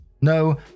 No